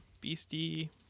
beastie